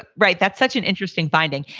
but right, that's such an interesting finding.